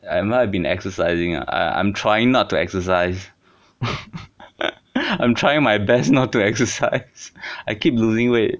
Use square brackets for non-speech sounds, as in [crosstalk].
have I been exercising ah I'm I'm trying not to exercise [laughs] I'm trying my best not to exercise I keep losing weight